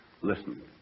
Listen